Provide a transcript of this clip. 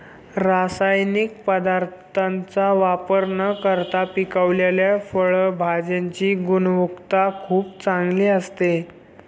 रासायनिक पदार्थांचा वापर न करता पिकवलेल्या फळभाज्यांची गुणवत्ता खूप चांगली असते